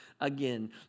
again